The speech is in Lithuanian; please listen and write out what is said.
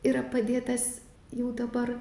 yra padėtas jau dabar